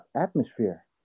atmosphere